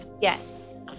Yes